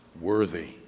worthy